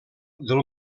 del